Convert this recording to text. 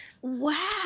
Wow